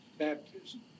baptism